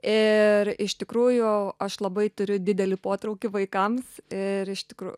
ir iš tikrųjų aš labai turiu didelį potraukį vaikams ir iš tikrų